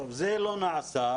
זה לא נעשה.